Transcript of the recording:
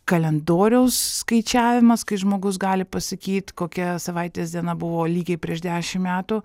kalendoriaus skaičiavimas kai žmogus gali pasakyt kokia savaitės diena buvo lygiai prieš dešim metų